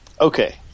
Okay